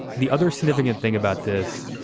the other significant thing about this,